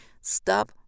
Stop